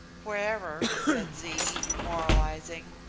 wherever, said zee, moralising,